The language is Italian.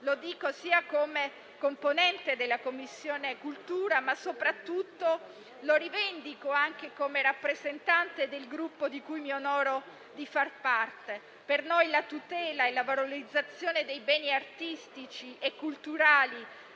lo dico sia come componente della 7a Commissione, ma soprattutto lo rivendico anche come rappresentante del Gruppo di cui mi onoro di far parte. Per noi la tutela e la valorizzazione dei beni artistici e culturali,